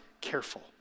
careful